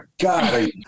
God